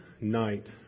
night